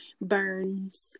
burns